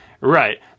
Right